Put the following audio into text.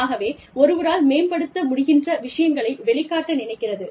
ஆகவே ஒருவரால் மேம்படுத்த முடிகின்ற விஷயங்களை வெளிக்காட்ட நினைக்கிறது